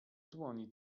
dłoni